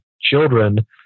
children